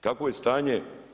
Kako je stanje?